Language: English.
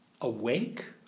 awake